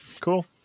Cool